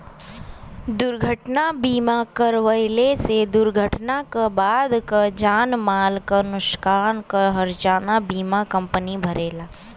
दुर्घटना बीमा करवले से दुर्घटना क बाद क जान माल क नुकसान क हर्जाना बीमा कम्पनी भरेला